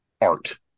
art